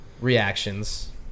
reactions